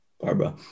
Barbara